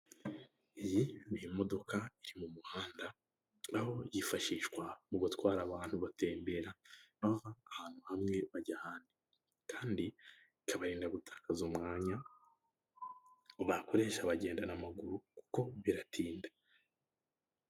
Iyi ni imodoka iri mu muhanda aho yifashishwa mu gutwara abantu batembera, bava ahantu hamwe bajya ahandi kandi bikabarinda gutakaza umwanya bakoresha bagenda n'amaguru kuko biratinda.